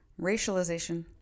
racialization